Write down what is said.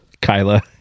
Kyla